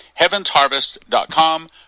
HeavensHarvest.com